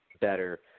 better